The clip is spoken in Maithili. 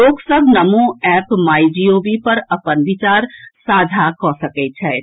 लोक सभ नमो एप माई जीओवी पर अपन विचार साझा कऽ सकैत छथि